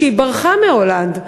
והיא ברחה מהולנד.